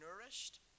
nourished